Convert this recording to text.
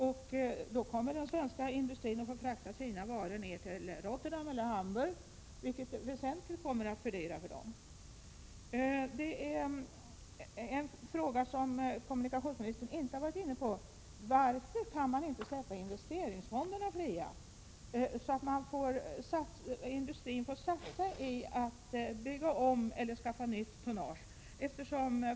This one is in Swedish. Detta innebär att den svenska industrin kommer att frakta sina varor ner till Rotterdam eller Hamburg, vilket väsentligt kommer att fördyra för industrin. En fråga som kommunikationsministern inte har varit inne på är varför investeringsfonderna inte kan släppas fria så att industrin kan satsa på att bygga om eller skaffa nytt tonnage.